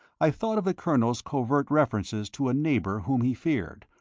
i thought of the colonel's covert references to a neighbour whom he feared,